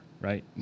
right